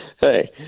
Hey